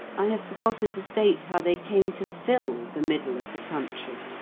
i have forgotten to state how they came to fill the middle of the country.